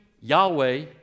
Yahweh